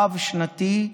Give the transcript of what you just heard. רב-שנתי,